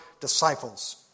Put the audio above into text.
disciples